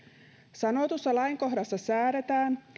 sanotussa lainkohdassa säädetään